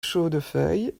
chaudefeuille